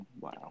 wow